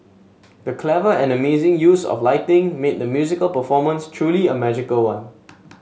the clever and amazing use of lighting made the musical performance truly a magical one